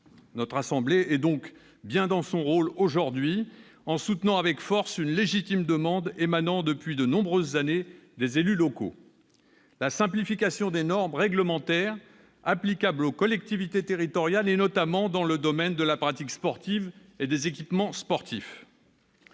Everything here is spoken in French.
Haute Assemblée est donc bien dans son rôle aujourd'hui en soutenant avec force une légitime demande émanant depuis de nombreuses années des élus locaux : la simplification des normes réglementaires applicables aux collectivités territoriales, notamment dans le domaine de la pratique et des équipements sportifs